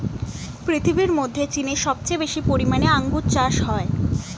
পৃথিবীর মধ্যে চীনে সবচেয়ে বেশি পরিমাণে আঙ্গুর চাষ হয়